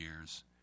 years